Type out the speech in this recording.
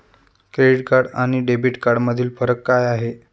Credit card आणि debit कार्डमधील फरक काय आहे?